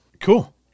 Cool